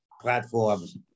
platforms